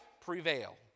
prevail